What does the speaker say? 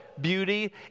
beauty